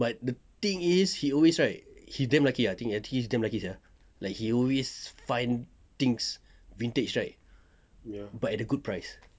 but the thing is he always right he damn lucky ah I think I think he's damn lucky ah like he always find things vintage right but at a good price